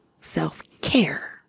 self-care